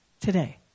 Today